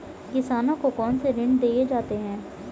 किसानों को कौन से ऋण दिए जाते हैं?